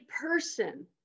person